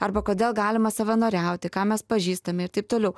arba kodėl galima savanoriauti ką mes pažįstam ir taip toliau